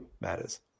matters